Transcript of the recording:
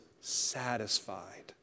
satisfied